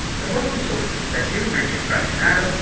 the muslim sources that do mention fraxinetum,